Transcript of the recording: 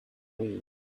weed